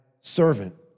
servant